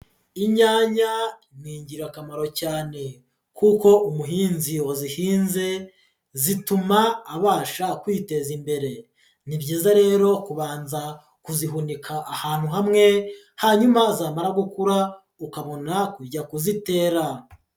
Inyanya ni ingirakamaro cyane kuko umuhinzi wazihinze zituma abasha kwiteza imbere. Ni byiza rero kubanza kuzihuka ahantu hamwe hanyuma zamara gukura ukabona kujya kuzitera.